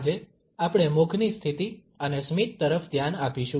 આજે આપણે મુખની સ્થિતિ અને સ્મિત તરફ ધ્યાન આપીશું